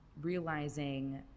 realizing